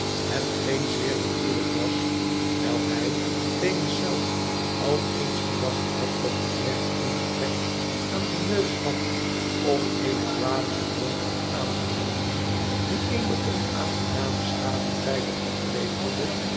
hetgeen zeer natuurlijk was wijl hij venus zelf al eens gedacht had dat de knecht een ebrek aan den neus had of eene kwade gewoonte had aangenomen dieeene onaangename schaduwzijde opleverde